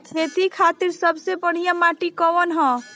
खेती खातिर सबसे बढ़िया माटी कवन ह?